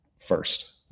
first